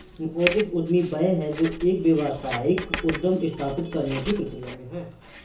नवोदित उद्यमी वह है जो एक व्यावसायिक उद्यम स्थापित करने की प्रक्रिया में है